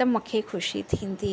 त मूंखे ख़ुशी थींदी